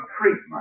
treatment